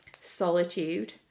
solitude